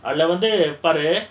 அதுல வந்து பாரு:adhula vandhu paaru